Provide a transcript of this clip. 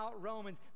Romans